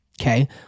Okay